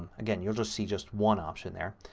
again you'll just see just one option there.